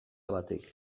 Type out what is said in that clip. batek